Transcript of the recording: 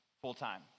full-time